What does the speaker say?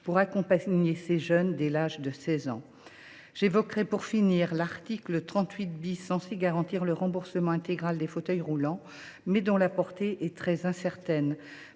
d’accompagner ces jeunes dès l’âge de 16 ans. J’évoquerai, pour finir, l’article 38, censé garantir le remboursement intégral des fauteuils roulants, mais dont la portée est très incertaine.